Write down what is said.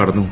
കടന്നു